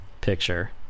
picture